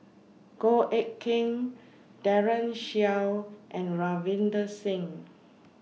Goh Eck Kheng Daren Shiau and Ravinder Singh